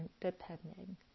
depending